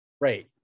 Right